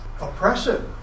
oppressive